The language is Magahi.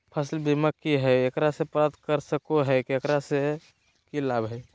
फसल बीमा की है, एकरा के प्राप्त कर सको है, एकरा से की लाभ है?